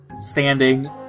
standing